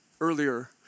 earlier